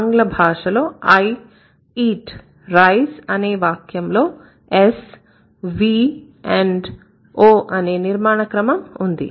ఆంగ్ల భాషలో I eat rice అనే వాక్యం లో S V and O అనే నిర్మాణక్రమం ఉన్నది